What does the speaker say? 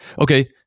Okay